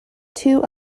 two